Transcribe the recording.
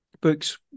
books